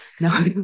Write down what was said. no